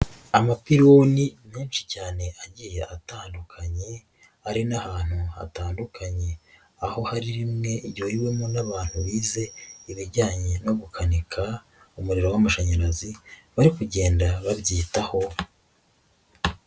Amapironi menshi cyane agiye atandukanye ari n'ahantu hatandukanye aho hari rimwe ryuriwemo n'abantu bize ibijyanye no gukanika umuriro w'amashanyarazi bari kugenda babyitaho.